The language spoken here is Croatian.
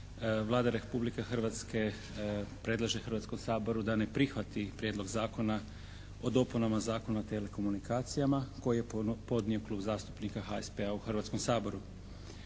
Vlada Republike Hrvatske predlaže Hrvatskom saboru da ne prihvati Prijedlog zakona o dopunama Zakona o telekomunikacijama koje je podnio Klub zastupnika HSP—a u Hrvatskom saboru.